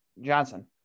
Johnson